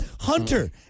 Hunter